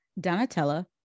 Donatella